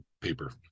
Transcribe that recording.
paper